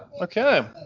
Okay